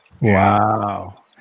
Wow